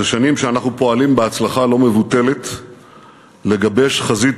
זה שנים שאנחנו פועלים בהצלחה לא מבוטלת לגבש חזית